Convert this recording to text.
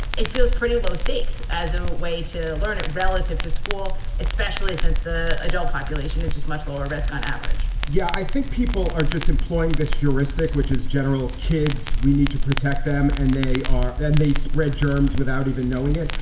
it feels pretty low stakes as a way to learn it relative to school, especially since the adult population is just much lower risk on average yeah. i think people are just employing this heuristic, which is general kids. we need to protect them and they are and they spread germs without even knowing it.